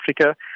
Africa